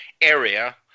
area